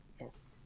yes